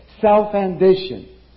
self-ambition